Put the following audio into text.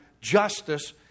justice